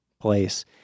place